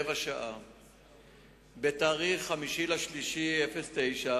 ליד הכניסה ליישובים קריית-יערים